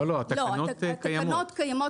לא, לא, התקנות קיימות.